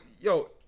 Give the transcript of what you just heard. yo